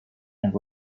and